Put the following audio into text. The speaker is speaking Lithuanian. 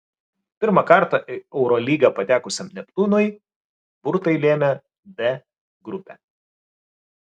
pirmą kartą į eurolygą patekusiam neptūnui burtai lėmė d grupę